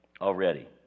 already